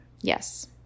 Yes